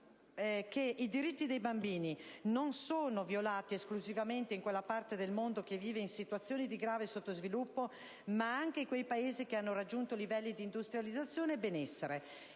crede, i diritti dei bambini non sono violati esclusivamente in quella parte del mondo che vive in situazioni di grave sottosviluppo, ma anche in quei Paesi che hanno raggiunto livelli di industrializzazione e benessere